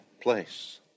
place